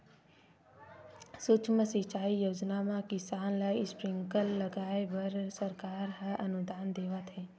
सुक्ष्म सिंचई योजना म किसान ल स्प्रिंकल लगाए बर सरकार ह अनुदान देवत हे